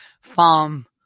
farm